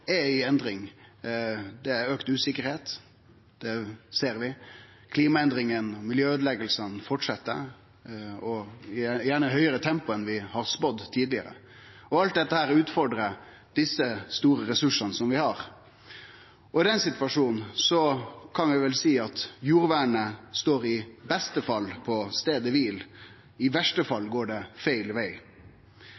usikkerheit. Klimaendringane og øydelegginga av miljøet fortset, gjerne i eit høgare tempo enn vi har spådd tidlegare. Alt dette utfordrar desse store ressursane vi har. I den situasjonen kan vi vel seie at jordvernet i beste fall står på staden kvil. I verste